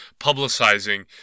publicizing